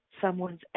someone's